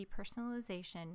depersonalization